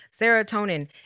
serotonin